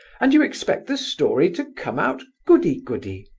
and you expect the story to come out goody-goody!